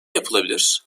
yapılabilir